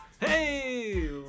Hey